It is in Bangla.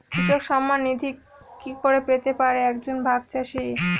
কৃষক সন্মান নিধি কি করে পেতে পারে এক জন ভাগ চাষি?